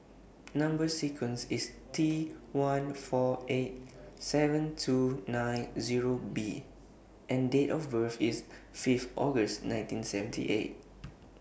Number sequence IS T one four eight seven two nine Zero B and Date of birth IS Fifth August nineteen seventy eight